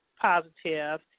positive